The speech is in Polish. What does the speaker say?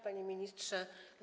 Panie Ministrze!